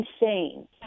insane